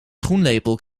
schoenlepel